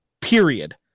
period